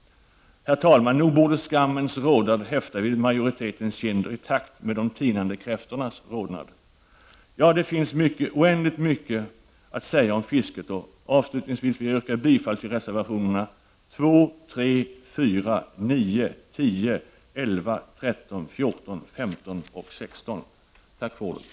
Herr talman! Nog borde skammens rodnad häfta vid majoritetens kinder i takt med de tinade kräftornas rodnad. Ja, det finns oändligt mycket att säga om fisket. Avslutningsvis vill jag yrka bifall till reservationerna: 3, 4, 9, 10, 11, 13, 14, 15 och 16. Tack för ordet!